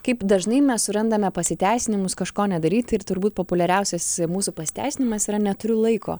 kaip dažnai mes surandame pasiteisinimus kažko nedaryti ir turbūt populiariausias mūsų pasiteisinimas yra neturiu laiko